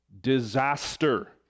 disaster